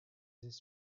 his